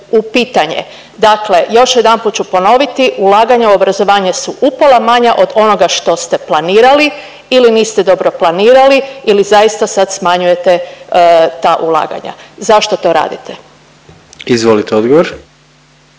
u pitanje. Dakle, još jedanput ću ponoviti ulaganja u obrazovanje su upola manja od onoga što ste planirali ili niste dobro planirali ili zaista sad smanjujete ta ulaganja. Zašto to radite? **Jandroković,